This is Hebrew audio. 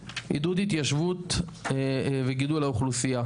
תראו, עידוד התיישבות וגידול האוכלוסייה.